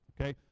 okay